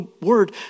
Word